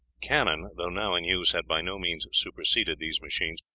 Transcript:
cannon, though now in use, had by no means superseded these machines,